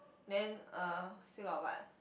then uh still got what